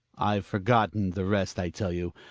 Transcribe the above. i've forgotten the rest, i tell you.